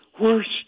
worst